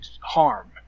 harm